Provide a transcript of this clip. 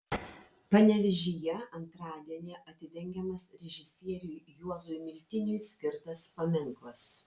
panevėžyje antradienį atidengiamas režisieriui juozui miltiniui skirtas paminklas